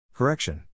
Correction